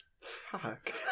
Fuck